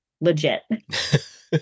legit